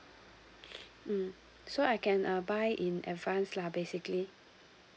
mm so I can uh buy in advance lah basically